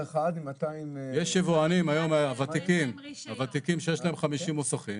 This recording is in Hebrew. יש יבואנים היום הוותיקים, שיש להם 50 מוסכים